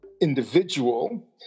individual